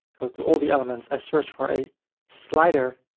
go to all the elements. i search for a slider